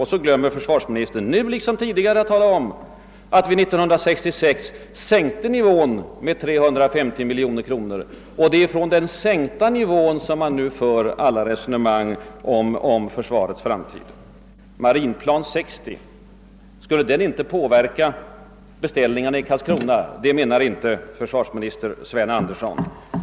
Och så glömmer försvarsministern, liksom tidigare, att tala om, att vi 1966 sänkte nivån med 350 miljoner och att det är från denna sänkta nivå som alla resonemang om försvarets framtid förs. Marinplan 60 — skulle den inte påverka beställningarna i Karlskrona? Det menar inte försvarsminister Sven Andersson.